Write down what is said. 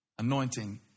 anointing